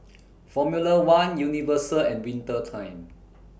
Formula one Universal and Winter Time